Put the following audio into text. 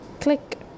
Click